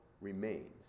remains